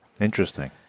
Interesting